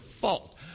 fault